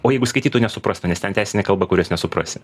o jeigu skaitytų nesuprastų nes ten teisinė kalba kurios nesuprasi